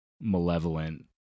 malevolent